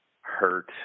hurt